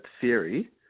theory